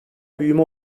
büyüme